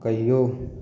कहियो